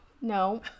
no